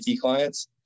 clients